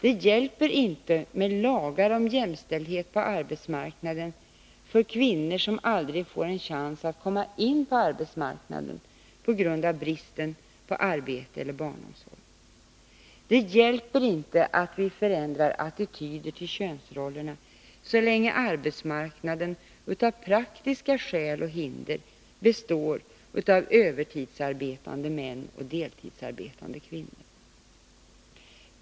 Det hjälper inte med lagar om jämställdhet på arbetsmarknaden för kvinnor som aldrig får en chans att komma in på arbetsmarknaden på grund av bristen på arbete eller barnomsorg. Det hjälper inte att förändra attityder till könsrollerna så länge arbetsmarknaden av praktiska skäl och hinder består av övertidsarbetande män och deltidsarbetande kvinnor.